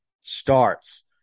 starts